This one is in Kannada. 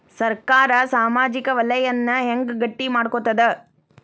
ಸರ್ಕಾರಾ ಸಾಮಾಜಿಕ ವಲಯನ್ನ ಹೆಂಗ್ ಗಟ್ಟಿ ಮಾಡ್ಕೋತದ?